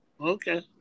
Okay